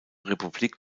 republik